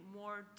more